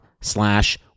slash